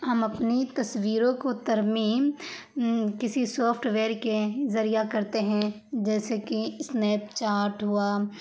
ہم اپنی تصویروں کو ترمیم کسی سافٹ ویئر کے ذریعہ کرتے ہیں جیسے کہ اسنیپ چاٹ ہوا